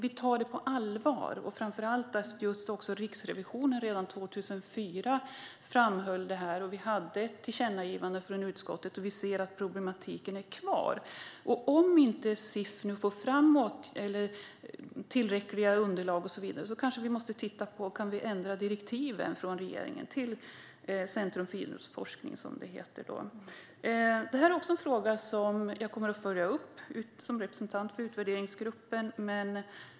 Vi tar det på allvar. Redan 2004 framhöll Riksrevisionen detta, och vi gjorde ett tillkännagivande i utskottet. Vi ser att problematiken är kvar. Om CIF nu inte får fram ett tillräckligt underlag måste vi kanske titta på om vi kan ändra regeringens direktiv till Centrum för idrottsforskning. Detta är en fråga som jag kommer att följa upp som representant för utvärderingsgruppen.